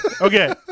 Okay